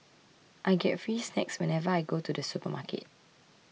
I get free snacks whenever I go to the supermarket